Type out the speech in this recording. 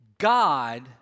God